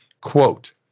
quote